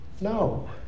No